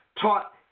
taught